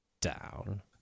down